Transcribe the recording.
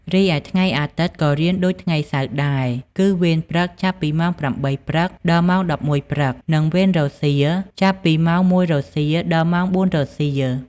រីឯថ្ងៃអាទិត្យ ក៏រៀនដូចថ្ងៃសៅរ៍ដែរ គឺ វេនព្រឹក ចាប់ពីម៉ោង ៨ ព្រឹក ដល់ម៉ោង ១១ ព្រឹក និង វេនរសៀល ចាប់ពីម៉ោង ១ រសៀល ដល់ម៉ោង ៤ រសៀល។